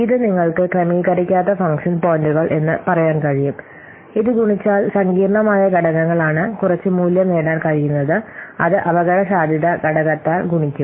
ഇത് നിങ്ങൾക്ക് ക്രമീകരിക്കാത്ത ഫംഗ്ഷൻ പോയിന്റുകൾ എന്ന് പറയാൻ കഴിയും ഇത് ഗുണിച്ചാൽ സങ്കീർണ്ണമായ ഘടകങ്ങളാണ് കുറച്ച് മൂല്യം നേടാൻ കഴിയുന്നത് അത് അപകടസാധ്യത ഘടകത്താൽ ഗുണിക്കും